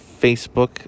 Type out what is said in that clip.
Facebook